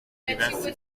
diversi